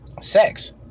Sex